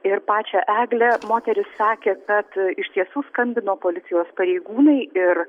ir pačią eglę moteris sakė kad iš tiesų skambino policijos pareigūnai ir